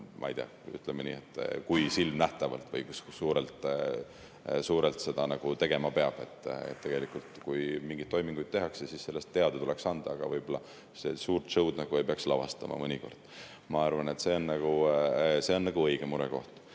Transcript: ja kui palju või kui silmnähtavalt või suurelt seda tegema peab. Tegelikult, kui mingeid toiminguid tehakse, siis sellest teada tuleks anda, aga võib‑olla suurt sõud ei peaks lavastama mõnikord. Ma arvan, et see on õige murekoht.